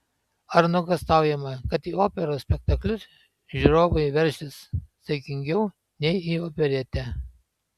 ar nuogąstaujama kad į operos spektaklius žiūrovai veršis saikingiau nei į operetę